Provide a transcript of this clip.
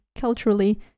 culturally